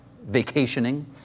vacationing